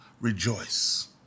rejoice